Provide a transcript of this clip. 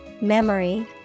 memory